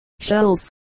shells